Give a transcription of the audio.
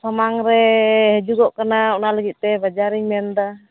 ᱥᱟᱢᱟᱝ ᱨᱮ ᱦᱤᱡᱩᱜᱚᱜ ᱠᱟᱱᱟ ᱚᱱᱟ ᱞᱟᱹᱜᱤᱫ ᱛᱮ ᱵᱟᱡᱟᱨᱤᱧ ᱢᱮᱱ ᱮᱫᱟ